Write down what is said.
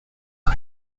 are